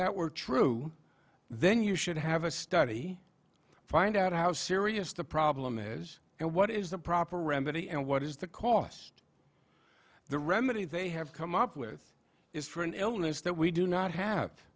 that were true then you should have a study find out how serious the problem is and what is the proper remedy and what is the cost the remedy they have come up with is for an illness that we do not have